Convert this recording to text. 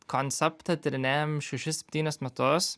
konceptą tyrinėjam šešis septynis metus